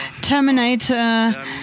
Terminator